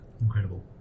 incredible